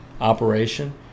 operation